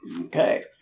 Okay